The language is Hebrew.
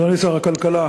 אדוני שר הכלכלה,